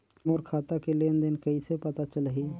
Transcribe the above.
मोर खाता के लेन देन कइसे पता चलही?